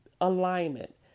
alignment